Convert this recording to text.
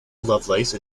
lovelace